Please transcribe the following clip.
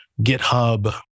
GitHub